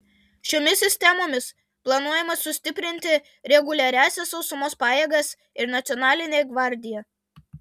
šiomis sistemomis planuojama sustiprinti reguliariąsias sausumos pajėgas ir nacionalinę gvardiją